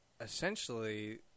essentially